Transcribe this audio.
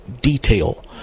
detail